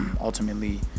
Ultimately